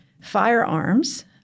firearms